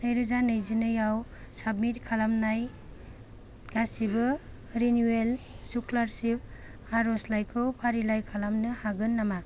आव साबमिट खालामनाय गासिबो रिनिउयेल स्कलारसिप आर'जलाइखौ फारिलाइ खालामनो हागोन नामा